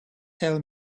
tell